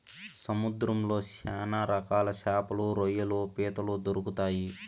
సముద్రంలో శ్యాన రకాల శాపలు, రొయ్యలు, పీతలు దొరుకుతాయి